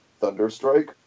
Thunderstrike